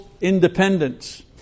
independence